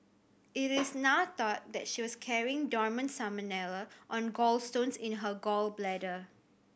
it is now thought that she was carrying dormant salmonella on gallstones in her gall bladder